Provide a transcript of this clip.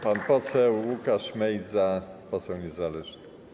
Pan poseł Łukasz Mejza, poseł niezależny.